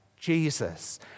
Jesus